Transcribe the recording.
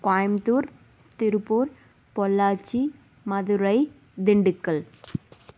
Coimbatore Tiruppur Pollachi Madurai Dindigul